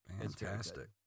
Fantastic